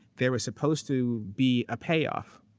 there was supposed to be a payoff.